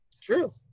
True